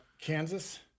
Kansas